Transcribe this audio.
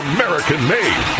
American-made